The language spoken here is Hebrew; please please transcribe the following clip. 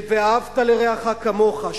של "ואהבת לרעך כמוך",